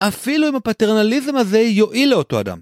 אפילו אם הפטרנליזם הזה יועיל לאותו אדם.